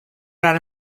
are